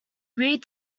reed